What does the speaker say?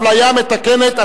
אפליה מתקנת),